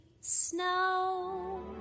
snow